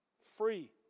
free